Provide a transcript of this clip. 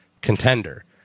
contender